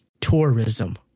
tourism